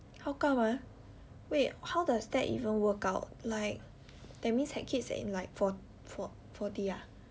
how come ah wait how does that even work out like that means had kids in like fo~ fo~ forty ah